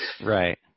Right